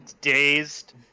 dazed